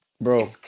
bro